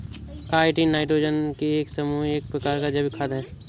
chitin nitrogen के समूह का एक प्रकार का जैविक खाद है